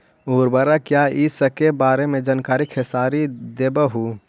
उर्वरक क्या इ सके बारे मे जानकारी खेसारी देबहू?